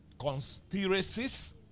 Conspiracies